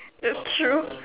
that's true